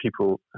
people